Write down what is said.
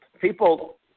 people